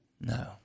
No